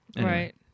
right